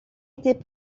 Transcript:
étaient